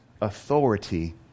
authority